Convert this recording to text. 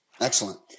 excellent